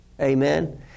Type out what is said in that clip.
Amen